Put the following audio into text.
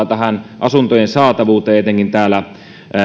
joka myös vaikuttaa asuntojen saatavuuteen etenkin täällä